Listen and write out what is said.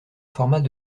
format